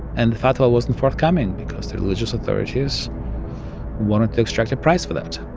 and the fatwa wasn't forthcoming because the religious authorities wanted to extract a price for that